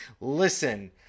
Listen